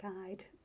guide